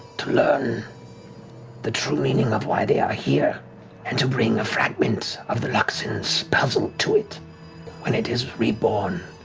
to learn the true meaning of why they are here and to bring a fragment of the luxon's puzzle to it when it is reborn,